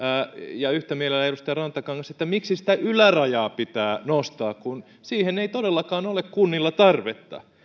ja yhtä mielellään edustaja rantakangas miksi sitä ylärajaa pitää nostaa kun siihen ei todellakaan ole kunnilla tarvetta